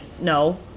No